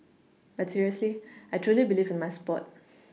but seriously I truly believe in my sport